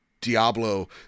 Diablo